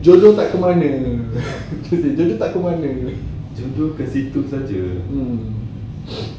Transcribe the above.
jodoh tak ke mana jodoh tak ke mana mmhmm